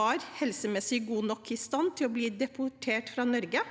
var helsemessig i god nok stand til å bli deportert fra Norge.